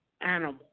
animal